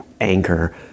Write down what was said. anchor